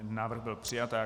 Návrh byl přijat.